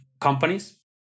companies